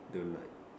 don't like